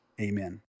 Amen